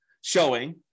showing